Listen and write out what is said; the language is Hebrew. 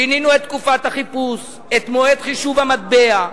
שינינו את תקופת החיפוש, את מועד חישוב המטבע,